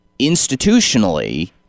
institutionally